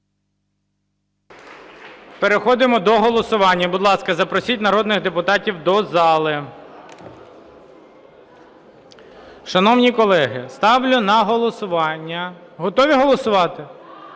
Переходимо до голосування. Будь ласка, запросіть народних депутатів до зали. Шановні колеги, ставлю на голосування. Готові голосувати? На голосування